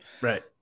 Right